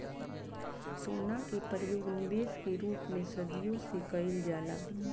सोना के परयोग निबेश के रूप में सदियों से कईल जाला